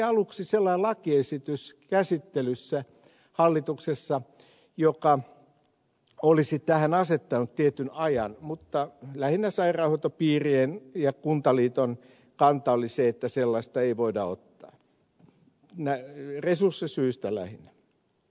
aluksi oli käsittelyssä hallituksessa sellainen lakiesitys joka olisi tähän asettanut tietyn ajan mutta lähinnä sairaanhoitopiirien ja kuntaliiton kanta oli se että sellaista ei voida ottaa resurssisyistä lähinnä